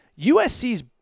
USC's